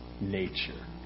nature